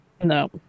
no